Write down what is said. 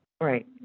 Right